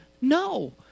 No